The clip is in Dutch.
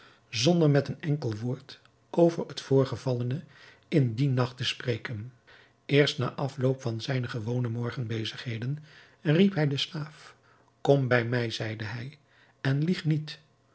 zonder met een enkel woord over het voorgevallene in dien nacht te spreken eerst na afloop van zijne gewone morgenbezigheden riep hij den slaaf kom bij mij zeide hij en lieg niet